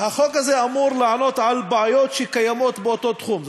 החוק הזה אמור לענות על בעיות שקיימות באותו תחום.